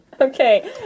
Okay